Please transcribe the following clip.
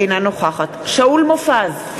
אינה נוכחת שאול מופז,